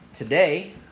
Today